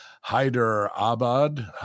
Hyderabad